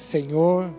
Senhor